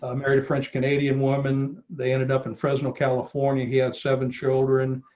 um area french canadian woman they ended up in fresno, california. he had seven children.